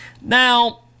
Now